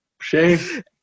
Shame